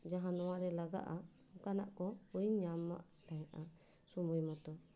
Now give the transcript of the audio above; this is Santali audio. ᱡᱟᱦᱟᱸ ᱱᱚᱣᱟ ᱨᱮ ᱞᱟᱜᱟᱜᱼᱟ ᱚᱱᱠᱟᱱᱟᱜ ᱠᱚ ᱵᱟᱹᱧ ᱧᱟᱢᱮᱫ ᱛᱟᱦᱮᱸᱫᱼᱟ ᱥᱳᱢᱳᱭ ᱢᱳᱛᱳ